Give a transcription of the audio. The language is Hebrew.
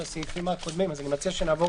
של הסעיפים הקודמים ואני מציע שנעבור